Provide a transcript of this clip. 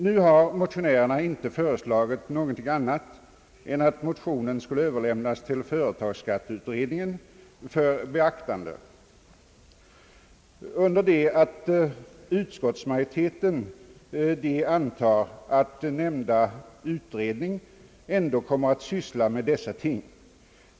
Nu har motionärerna inte föreslagit någonting annat än att motionen skulle överlämnas till företagsskatteutredningen för beaktande, under det att utskottsmajoriteten antar att denna utredning ändå kommer att syssla med dessa ting.